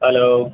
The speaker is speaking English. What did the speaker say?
hello